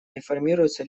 реформируются